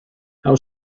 how